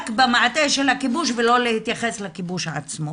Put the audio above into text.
במעטה של הכיבוש ולא להתייחס לכיבוש עצמו.